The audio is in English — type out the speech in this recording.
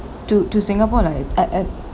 to to singapore lah it's at at